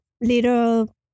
little